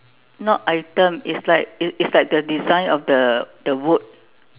not item it's like it's like the design of the the wood